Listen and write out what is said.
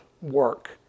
work